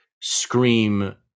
scream